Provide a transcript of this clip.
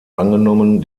angenommen